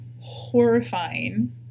horrifying